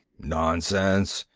nonsense.